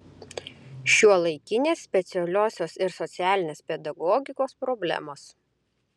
šiuolaikinės specialiosios ir socialinės pedagogikos problemos